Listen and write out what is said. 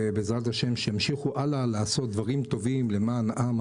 ובעזרת השם שימשיכו הלאה לעשות דברים טובים למען העם,